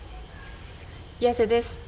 yes it is